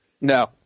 No